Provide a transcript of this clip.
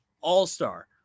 All-Star